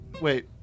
wait